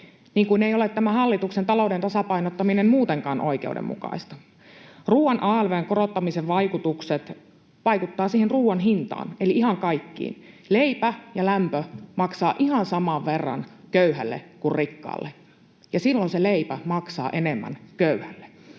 niin kuin ei ole tämä hallituksen talouden tasapainottaminen muutenkaan oikeudenmukaista. Ruuan alv:n korottamisen vaikutukset vaikuttavat siihen ruuan hintaan eli ihan kaikkiin. Leipä ja lämpö maksaa ihan saman verran köyhälle kuin rikkaalle, ja silloin se leipä maksaa enemmän köyhälle.